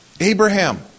Abraham